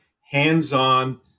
hands-on